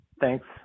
thanks